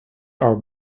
are